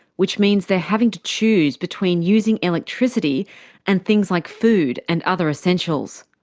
which means they're having to choose between using electricity and things like food and other essentials.